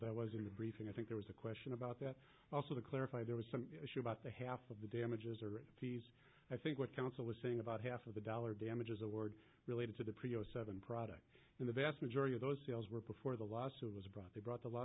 that was in the briefing i think there was a question about that also to clarify there was some issue about the half of the damages or fees i think what counsel was saying about half of the dollar damages award related to the prio seven products in the vast majority of those sales were before the lawsuit was brought they brought the law